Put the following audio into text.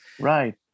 right